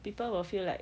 people will feel like